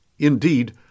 Indeed